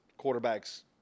quarterbacks –